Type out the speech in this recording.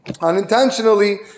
unintentionally